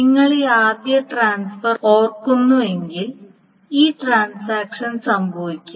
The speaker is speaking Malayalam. നിങ്ങൾ ഈ ആദ്യ ട്രാൻസ്ഫർ ഓർക്കുന്നുവെങ്കിൽ ഈ ട്രാൻസാക്ഷൻ സംഭവിക്കും